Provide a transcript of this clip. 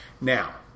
Now